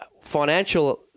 financial